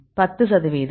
10 சதவீதம்